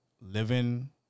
living